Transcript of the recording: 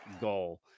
goal